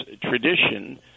tradition